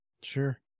Sure